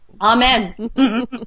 Amen